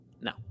No